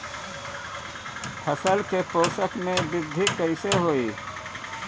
फसल के पोषक में वृद्धि कइसे होई?